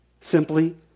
simply